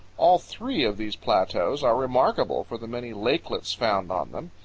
all three of these plateaus are remarkable for the many lakelets found on them.